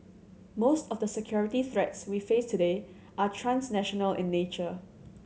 most of the security threats we face today are transnational in nature